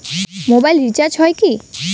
Mobile recharge হয় কি?